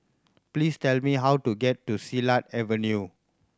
please tell me how to get to Silat Avenue